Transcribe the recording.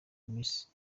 miss